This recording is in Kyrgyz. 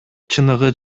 чыныгы